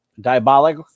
Diabolic